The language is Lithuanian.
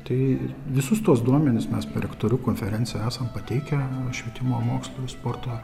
tai visus tuos duomenis mes direktorių konferencija esam pateikę švietimo mokslo ir sporto